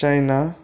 China